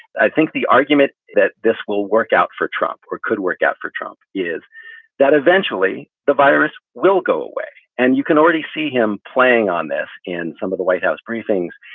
i think the argument that this will work out for trump or could work out for trump is that eventually the virus will go away. and you can already see him playing on this in some of the white house briefings.